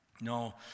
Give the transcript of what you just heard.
No